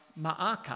Ma'aka